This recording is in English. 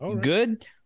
good